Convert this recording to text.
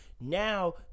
Now